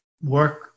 work